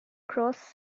cross